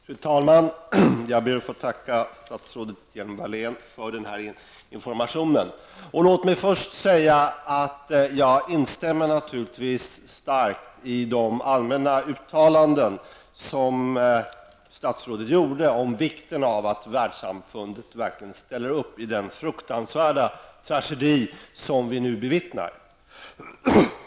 Fru talman! Jag ber att få tacka statsrådet Lena Hjelm-Wallén för informationen. Låt mig först säga att jag instämmer helt i de allmänna uttalanden som statsrådet gjorde om vikten av att världssamfundet verkligen ställer upp i den fruktansvärda tragedi som vi nu bevittnar.